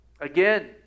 again